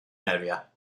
area